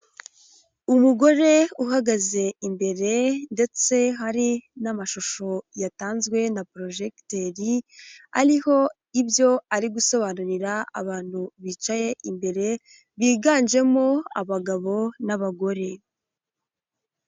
Umugore uhagaze imbere, ndetse hari n'amashusho yatanzwe na Porojegiteri, ariho ibyo ari gusobanurira abantu bicaye imbere, biganjemo abagabo n'abagore.